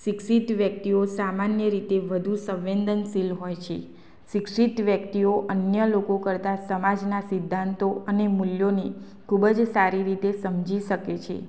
શિક્ષિત વ્યક્તિઓ સામાન્ય રીતે વધુ સંવેદનશીલ હોય છે શિક્ષિત વ્યક્તિઓ અને વ્યક્તિઓ કરતાં સમાજના સિદ્ધાંતો અને મૂલ્યોની ખૂબ જ સારી રીતે સમજી શકે છે